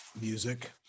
music